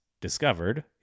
discovered